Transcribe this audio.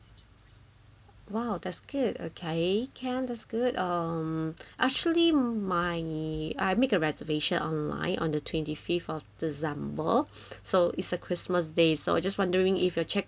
!wow! that's good okay can that's good um actually my I'd make a reservation online on the twenty fifth of december so it's a christmas days so just wondering if your check out proce~